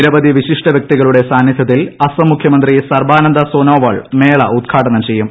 നിരവധി വിശിഷ്ട വൃക്തികളുടെ സാന്നിധൃത്തിൽ അസ്സം മുഖ്യമന്ത്രി സർബാനന്ദ സോനോവാൾ മേള ഉദ്ഘാടനം ചെയ്യും